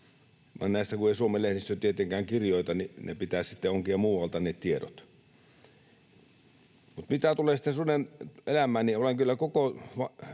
näistä kun ei Suomen lehdistö tietenkään kirjoita, niin ne tiedot pitää sitten onkia muualta. Mutta mitä tulee sitten suden elämään, niin olen kyllä koko